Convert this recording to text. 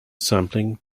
sampling